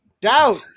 doubt